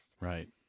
right